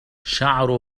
شعر